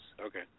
Okay